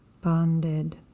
bonded